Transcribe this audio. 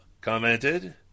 commented